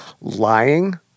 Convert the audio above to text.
lying